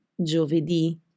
giovedì